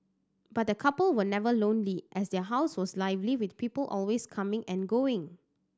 but the couple were never lonely as their house was lively with people always coming and going